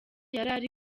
yari